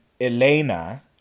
Elena